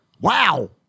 wow